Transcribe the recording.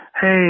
Hey